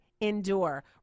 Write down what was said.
endure